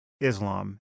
Islam